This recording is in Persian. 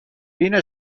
دین